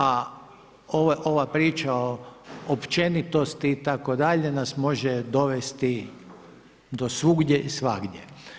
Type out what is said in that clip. A ova priča o općenitosti itd. nas može dovesti do svugdje i svagdje.